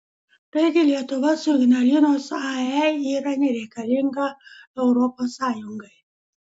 taigi lietuva su ignalinos ae yra nereikalinga europos sąjungai